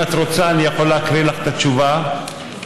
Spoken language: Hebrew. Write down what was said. אם את רוצה, אני יכול להקריא לך את התשובה ולחזור.